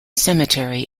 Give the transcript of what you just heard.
cemetery